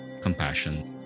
compassion